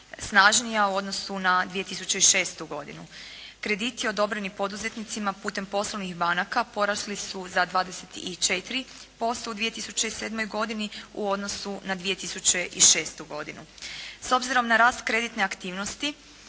snažnija u odnosu na 2006. godinu. Krediti odobreni poduzetnicima putem poslovnih banaka porasli su za 24% u 2007. godini u odnosu na 2006. godinu. S obzirom na rast kreditne aktivnosti